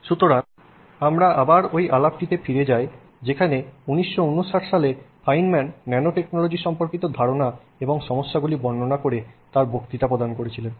সুতরাং আমরা আবার ওই আলাপটিতে ফিরে যাই যেখানে 1959 সালে ফাইনম্যান ন্যানোটেকনোলজি সম্পর্কিত ধারণা এবং সমস্যাগুলি বর্ণনা করে তাঁর বক্তৃতা প্রদান করেছিলেন